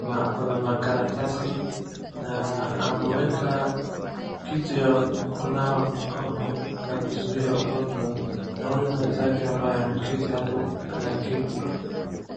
na ako na makaratasi na ameweka kiti ya kunawa mikono na kuzuia ugonjwa na huyu mwenzake ambaye ameketi hapo na kiti.